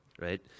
right